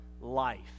life